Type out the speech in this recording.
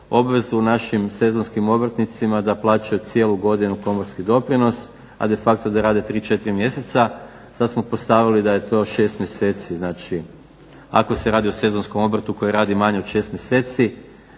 obvezu našim sezonskim obrtnicima da plaćaju cijelu godinu pomorski doprinos a de facto da rade 3, 4 mjeseca, sad smo postavili da je to 6 mjeseci. Znači, ako se radi o sezonskom obrtu koji radi manje od 6 mjeseci